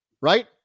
right